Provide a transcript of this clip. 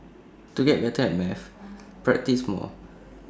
to get better at maths practise more